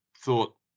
thought